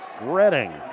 Redding